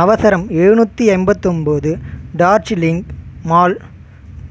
அவசரம் எழுநூற்றி எண்பத்தொன்பது டார்ஜிலிங் மால்